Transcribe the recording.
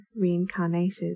reincarnated